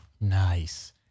nice